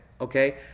okay